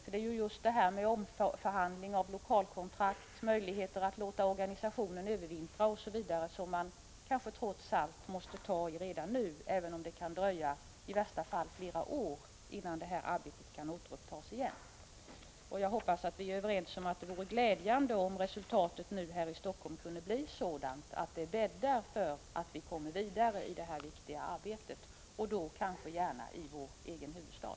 Frågorna beträffande omförhandling när det gäller lokalkontrakt och möjligheterna att låta organisationerna övervintra måste man kanske trots allt ta itu med redan nu, även om det kan dröja i värsta fall flera år, innan Helsingforsskonferensens arbete kan återupptas. Jag hoppas att vi är överens om att det vore positivt om resultatet här i Helsingfors kunde bli sådant att det bäddar för att vi kommer vidare i detta viktiga arbete, och då gärna i vår egen huvudstad.